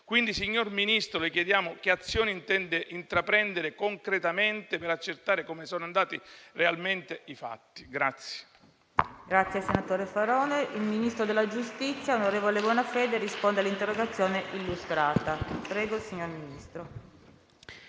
Quindi, signor Ministro, le chiediamo che azioni intende intraprendere concretamente per accertare come sono andati realmente i fatti.